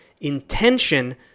intention